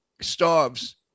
starves